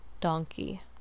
Donkey